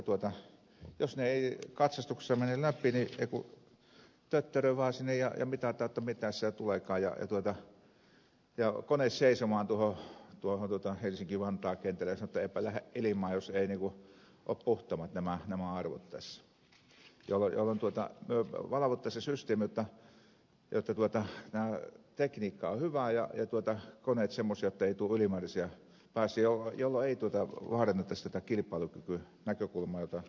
jos ne eivät katsastuksessa mene läpi niin ei kun tötterö vaan sinne ja mitataan mitä sieltä tuleekaan kone seisomaan tuohon helsinki vantaan kentälle ja sanotaan että eipä lähe ilimaan jos eivät ole puhtaammat nämä arvot tässä jolloin me valvoisimme sen systeemin jotta tämä tekniikka on hyvä ja koneet semmoisia jotta ei tule ylimääräisiä päästöjä jolloin ei vaarannettaisi tätä kilpailukykynäkökulmaa josta aikaisemmin puhuin